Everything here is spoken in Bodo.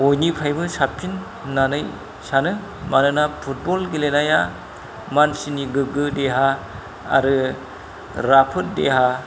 बयनिफ्रायबो साबसिन होननानै सानो मानोना फुटबल गेलेनाया मानसिनि गोग्गो देहा आरो राफोद देहा